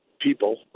people